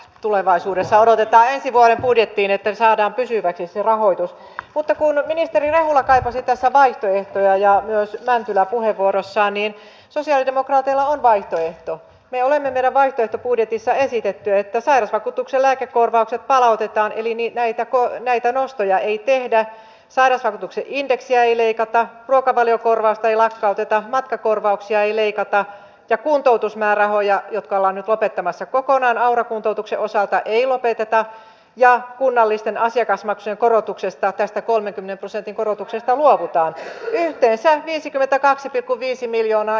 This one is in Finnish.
tulevaisuudessa odotetaan ensi vuoden budjettiin että saadaan pysyväksi ja rahoitus puutarhuri ministeri rehula kaipasi tässä vaihtoehtoja ja myös mäntylä kuitenkin vasemmiston riveissä on vaihtoehto me olemme vielä vaikeita budjetissa esitetty että sairasvakuutuksenlääkekorvaukset palautetaan eli niitä että koovee näitä nostoja ei tehdä saada sanotuksi indeksiä ei leikata ruokavaliokorvausta ei lakkauteta matkakorvauksia monta opintonsa kesken jättänyttä jotka ollaan lopettamassa kokonaan aura kuntoutuksen osalta ei lopeteta ja kunnallisten asiakasmaksujen korotuksesta tästä ovat pystyneet luomaan hienon uran politiikassa koulutuksen puutteesta huolimatta